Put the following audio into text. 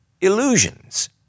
illusions